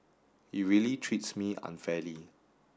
he really treats me unfairly